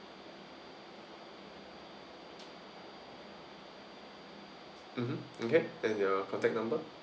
mmhmm okay and your contact number